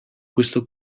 questo